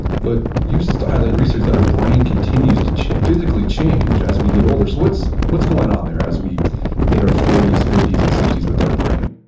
but you so highlight research that our brain continues to physically change as we get older. so what's what's going on there as we hit our forty s, fifty s, and sixty s with our brain?